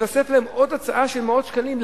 מתווספת להם עוד הוצאה של מאות שקלים,